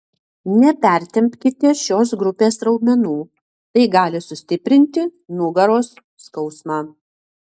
nepertempkite šios grupės raumenų tai gali sustiprinti nugaros skausmą